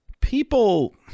people